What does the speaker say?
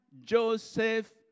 Joseph